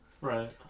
Right